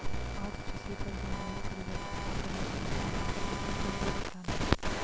आज कृषि पर जलवायु परिवर्तन से पड़ने वाले प्रभाव के विषय पर व्याख्यान है